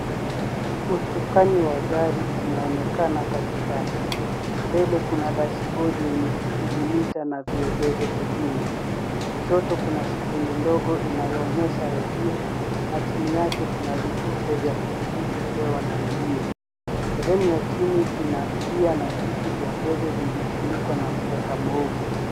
Usukani wa gari umeonekana katikati. Mbele kuna dashibodi yenye spidimita na violezo vingine. Kushoto kuna skrini ndogo inayoonyesha redio na chini yake kuna vitufe vya kudhibiti hewa na redio. Sehemu ya chini ina gear na viti vya mbele vimefunikwa na mkeka mweusi.